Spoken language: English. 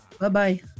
Bye-bye